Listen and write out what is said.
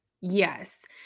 Yes